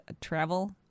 travel